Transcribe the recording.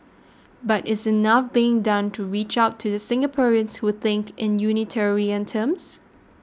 but is enough being done to reach out to the Singaporeans who think in utilitarian terms